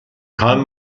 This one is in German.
carl